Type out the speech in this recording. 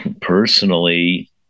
personally